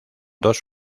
dos